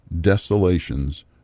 desolations